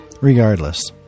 Regardless